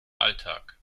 alltag